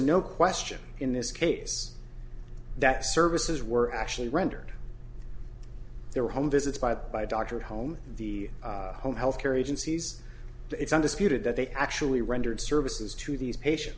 no question in this case that services were actually rendered their home visits by the by doctor home the home health care agencies it's undisputed that they actually rendered services to these patients